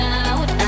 out